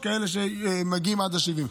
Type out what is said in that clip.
יש כאלה שמגיעים עד 70,000,